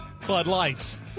floodlights